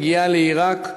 מגיעה לעיראק,